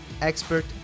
expert